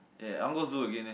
yeah I want go zoo again leh